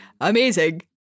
amazing